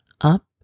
Up